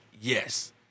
Yes